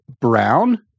brown